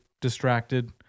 distracted